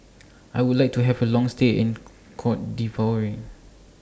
I Would like to Have A Long stay in Cote D'Ivoire